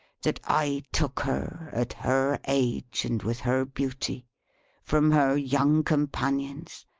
that i took her at her age, and with her beauty from her young companions,